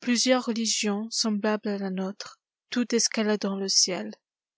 plusieurs religions semblables à la nôtre toutes escaladant le ciel